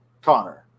Connor